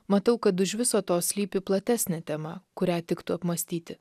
matau kad už viso to slypi platesnė tema kurią tiktų apmąstyti